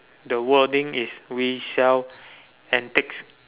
the wording is we shall intakes